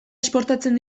esportatzen